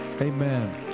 Amen